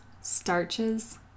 starches